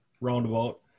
roundabout